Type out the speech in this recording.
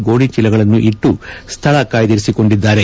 ಗೋಣಿಚೇಲಗಳನ್ನು ಇಟ್ಟು ಸ್ಥಳ ಕಾಯ್ದಿರಿಸಿಕೊಂಡಿದ್ದಾರೆ